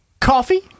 coffee